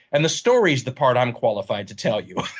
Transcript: and the story is the part i'm qualified to tell you.